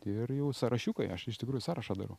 ir jau sąrašiukai aš iš tikrųjų sąrašą darau